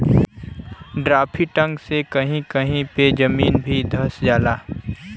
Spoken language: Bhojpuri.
ड्राफ्टिंग से कही कही पे जमीन भी धंस जाला